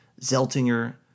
Zeltinger